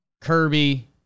Kirby